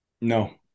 No